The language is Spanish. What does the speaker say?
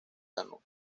ganó